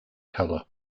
colour